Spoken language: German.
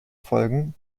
folgen